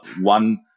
one